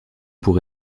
pour